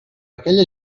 aquella